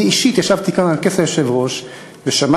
אני אישית ישבתי כאן על כס היושב-ראש ושמעתי